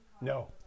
no